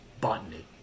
botany